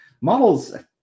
models